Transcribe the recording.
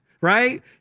right